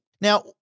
Now